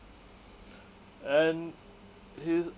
and he